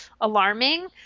alarming